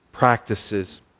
practices